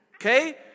Okay